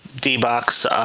D-Box